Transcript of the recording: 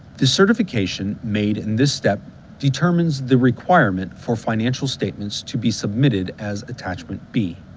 the certification made in this step determines the requirement for financial statements to be submitted as attachment b.